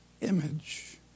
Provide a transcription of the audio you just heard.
image